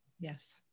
Yes